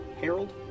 Harold